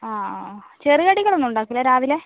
അതെ ചെറുകടികൾ ഒന്നും ഉണ്ടാക്കിയില്ലേ രാവിലെ